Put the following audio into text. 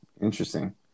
Interesting